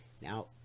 now